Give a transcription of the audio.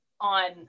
on